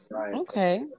Okay